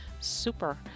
Super